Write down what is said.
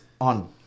on